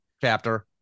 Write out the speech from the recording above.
chapter